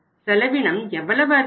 செலவினம் எவ்வளவு அதிகரிக்கும்